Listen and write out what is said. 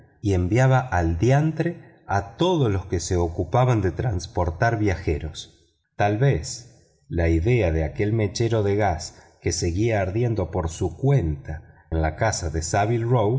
y enviaba al diantre a todos los que se ocupan de transportar viajeros tal vez también la idea de aquel mechero de gas que seguía ardiendo por su cuenta en la casa de